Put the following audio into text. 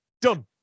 done